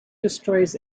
destroys